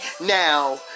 now